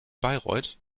bayreuth